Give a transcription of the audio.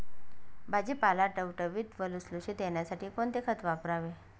भाजीपाला टवटवीत व लुसलुशीत येण्यासाठी कोणते खत वापरावे?